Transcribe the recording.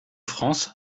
france